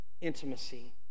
intimacy